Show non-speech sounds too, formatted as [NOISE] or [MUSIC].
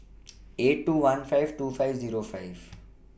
[NOISE] eight two one five two five Zero five